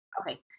Okay